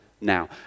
now